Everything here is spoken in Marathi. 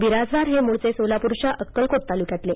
बिराजदार हे मूळचे सोलापूरच्या अक्कलकोट तालुक्यातले